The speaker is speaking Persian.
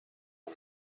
طول